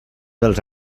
dels